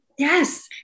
Yes